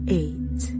eight